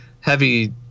heavy